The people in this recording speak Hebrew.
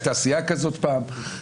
הייתה סיעה כזאת פעם.